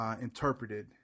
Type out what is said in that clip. Interpreted